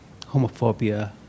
homophobia